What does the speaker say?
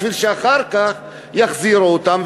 בשביל שאחר כך יחזירו אותם,